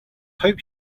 hope